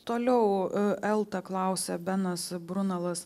toliau elta klausia benas brunalas